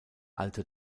alte